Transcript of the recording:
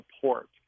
support